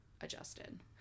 adjusted